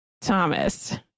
Thomas